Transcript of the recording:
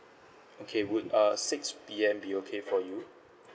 okay would err six P_M be okay for you